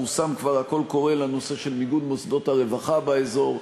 פורסם כבר הקול הקורא לנושא של מיגון מוסדות הרווחה באזור.